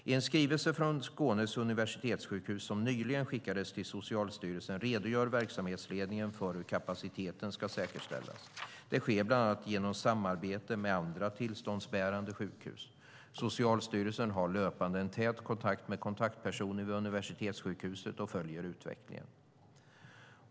I en skrivelse från Skånes universitetssjukhus som nyligen skickades till Socialstyrelsen redogör verksamhetsledningen för hur kapaciteten ska säkerställas. Det sker bland annat genom samarbete med andra tillståndsbärande sjukhus. Socialstyrelsen har löpande en tät kontakt med kontaktpersoner vid universitetssjukhuset och följer utvecklingen.